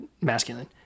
masculine